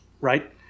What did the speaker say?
right